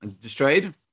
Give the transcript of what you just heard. destroyed